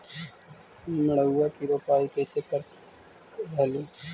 मड़उआ की रोपाई कैसे करत रहलू?